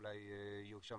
אולי יהיו שם